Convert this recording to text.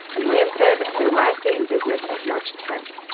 and lam said their last day in business was march ten,